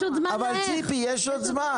אבל ציפי, יש עוד זמן.